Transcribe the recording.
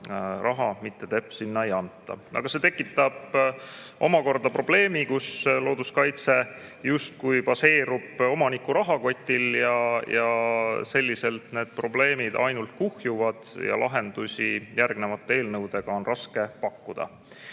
riigieelarvesse ei anta. Aga see tekitab omakorda probleemi, et looduskaitse justkui baseerub omaniku rahakotil. Ja selliselt need probleemid ainult kuhjuvad ja lahendusi järgnevate eelnõudega on raske pakkuda.